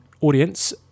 audience